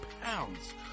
pounds